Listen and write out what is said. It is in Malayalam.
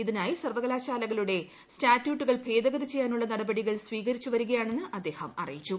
ഇതിനായി സർവ്വകലാൾാലകളുടെ സ്റ്റാറ്റ്യൂട്ടുകൾ ഭേദഗതി ചെയ്യാനുള്ള നടപടികൾ കസ്വീകരിച്ചുവരികയാണെന്ന് അദ്ദേഹം അറിയിച്ചു